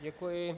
Děkuji.